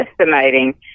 estimating